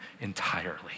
entirely